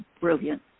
brilliant